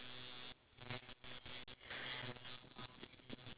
bored and then they will tend to bark even more which is